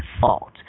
fault